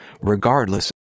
Regardless